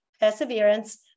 perseverance